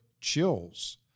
chills